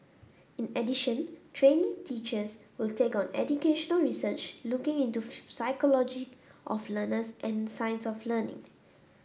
in addition trainee teachers will take on educational research looking into the psychology of learners and science of learning